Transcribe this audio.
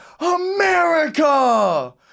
America